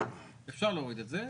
אפשר להוריד את זה.